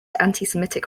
antisemitic